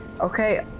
okay